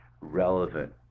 relevant